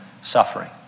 suffering